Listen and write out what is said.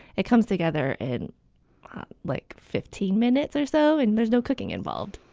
it comes together in like fifteen minutes or so, and there's no cooking involved.